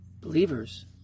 Believers